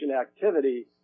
activity